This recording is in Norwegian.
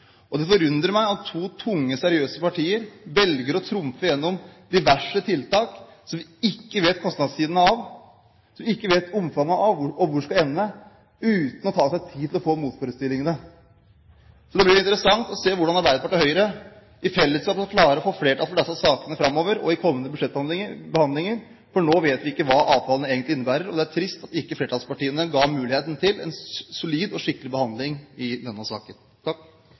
kryptering. Det forundrer meg at to tunge seriøse partier velger å trumfe gjennom diverse tiltak som vi ikke kjenner kostnadene ved, som vi ikke vet omfanget av og hvor skal ende, uten å ta seg tid til motforestillingene. Det blir interessant å se hvordan Arbeiderpartiet og Høyre i fellesskap skal klare å få flertall for disse sakene framover og i kommende budsjettbehandlinger, for nå vet vi ikke hva avtalen egentlig innebærer. Det er trist at ikke flertallspartiene ga oss muligheten til en solid og skikkelig behandling i denne saken.